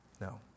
No